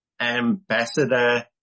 ambassador